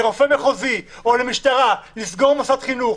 לרופא מחוזי או למשטרה לסגור מוסד חינוך,